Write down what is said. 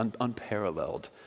unparalleled